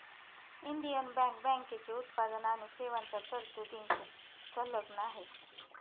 Indian Bank बँकेची उत्पादन आणि सेवांच्या तरतुदींशी संलग्न आहे